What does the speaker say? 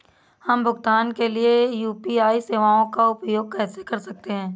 हम भुगतान के लिए यू.पी.आई सेवाओं का उपयोग कैसे कर सकते हैं?